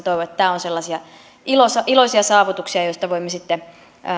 toivon että tämä on sellaisia iloisia saavutuksia joista voimme sitten